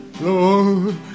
Lord